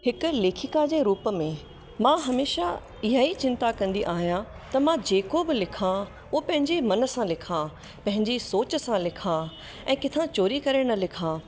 हिक लेखिका जे रूप में मां हमेशह इहा ई चिंता कंदी आहियां त मां जेको बि उओ लिखां पंहिंजे मन सां लिखां पंहिंजी सोच सां लिखां ऐं किथां चोरी करे न लिखां